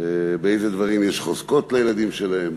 באיזה דברים יש חוזקות לילדים שלהם,